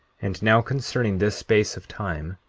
and now, concerning this space of time,